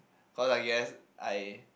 or I guess I